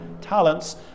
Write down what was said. talents